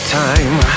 time